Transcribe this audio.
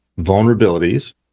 vulnerabilities